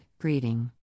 greeting